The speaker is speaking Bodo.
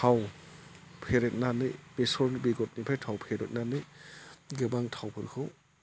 थाव फेरेबनानै बेसर बेगरनिफ्राय थाव फेरेबनानै गोबां थावफोरखौ